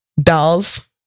dolls